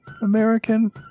American